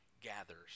gathers